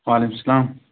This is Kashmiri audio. وعلیکُم السلام